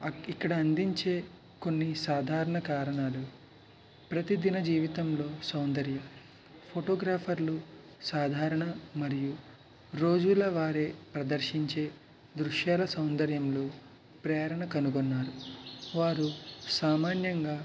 అక్కి ఇక్కడ అందించే కొన్ని సాధారణ కారణాలు ప్రతిదిన జీవితంలో సౌందర్యం ఫోటోగ్రాఫర్లు సాధారణ మరియు రోజుల వారే ప్రదర్శించే దృశ్యాల సౌందర్యములు ప్రేరణ కనుగొన్నారు వారు సామాన్యంగా